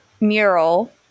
mural